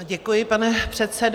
Děkuji, pane předsedo.